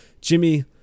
Jimmy